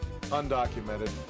undocumented